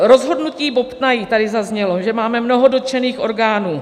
Rozhodnutí bobtnají tady zaznělo, že máme mnoho dotčených orgánů.